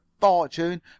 fortune